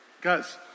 Guys